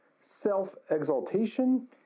self-exaltation